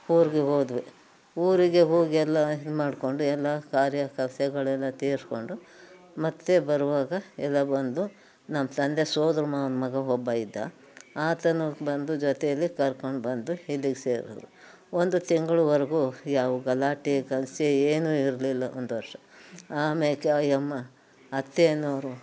ಊರಿಗೆ ಹೋದ್ವು ಊರಿಗೆ ಹೋಗಿ ಎಲ್ಲ ಇದ್ಮಾಡಿಕೊಂಡು ಎಲ್ಲ ಕಾರ್ಯ ಕಸ್ಯಗಳೆಲ್ಲ ತೀರಿಸ್ಕೊಂಡು ಮತ್ತೆ ಬರುವಾಗ ಎಲ್ಲ ಬಂದು ನಮ್ಮ ತಂದೆ ಸೋದ್ರ ಮಾವನ ಮಗ ಒಬ್ಬ ಇದ್ದ ಆತನು ಬಂದು ಜೊತೆಯಲ್ಲಿ ಕರ್ಕೊಂಡ್ಬಂದು ಇಲ್ಲಿಗೆ ಸೇರಿದ್ರು ಒಂದು ತಿಂಗ್ಳವರೆಗೂ ಯಾವ ಗಲಾಟೆ ಕರ್ಸೆ ಏನು ಇರಲಿಲ್ಲ ಒಂದು ವರ್ಷ ಆಮೇಲೆ ಆಯಮ್ಮ ಅತ್ತೆ ಎನ್ನುವವರು